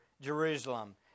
Jerusalem